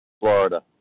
Florida